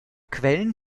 quellen